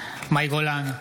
מאי גולן,